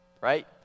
Right